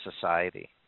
society